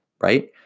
right